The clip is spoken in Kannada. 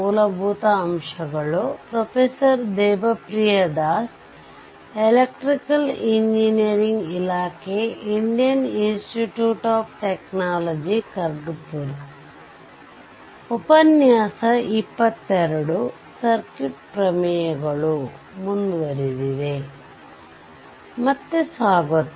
ಮತ್ತೆ ಸ್ವಾಗತ